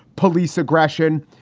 police aggression.